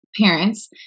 parents